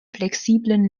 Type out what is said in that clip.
flexiblen